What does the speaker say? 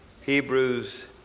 Hebrews